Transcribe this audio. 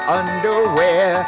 underwear